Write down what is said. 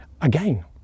again